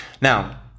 now